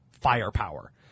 firepower